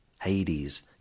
Hades